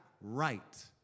right